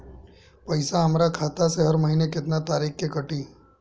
पैसा हमरा खाता से हर महीना केतना तारीक के कटी?